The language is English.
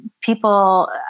people